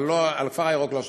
אבל על הכפר הירוק, לא שמעתי.